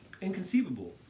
inconceivable